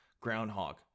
groundhog